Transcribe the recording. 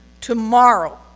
tomorrow